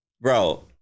bro